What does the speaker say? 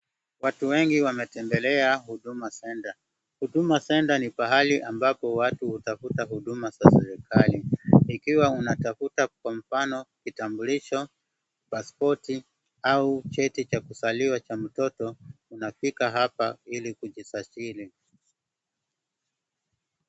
Watu wengi wametembelea huduma centre . huduma centre ni pahali ambapo watu hutafuta huduma za serikali. Ikiwa unatafuta kwa mfano kitambulisho, pasipoti au cheti cha kuzaliwa cha mtoto unafika hapa ili kujisajili.